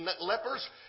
lepers